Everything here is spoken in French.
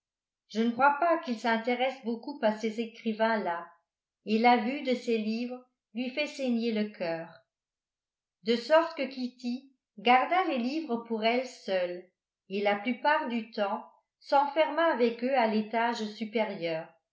je ne crois pas qu'il s'intéresse beaucoup à ces écrivains là et la vue de ces livres lui fait saigner le cœur de sorte que kitty garda les livres pour elle seule et la plupart du temps s'enferma avec eux à l'étage supérieur